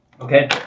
Okay